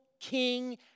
king